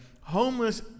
Homeless